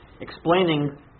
explaining